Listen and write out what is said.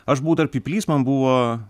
aš buvau dar pyplys man buvo